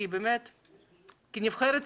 כנבחרת ציבור.